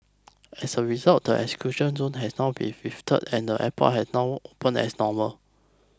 as a result the exclusion zone has now been lifted and airport had know open as normal